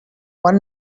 one